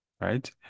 right